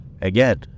again